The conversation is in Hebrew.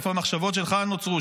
איפה המחשבות שלך נוצרו,